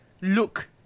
look